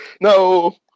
No